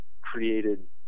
Created